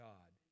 God